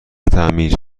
تعمیر